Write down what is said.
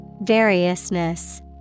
Variousness